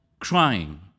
crying